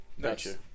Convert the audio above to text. Gotcha